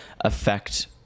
affect